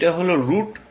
এইটা হল রুট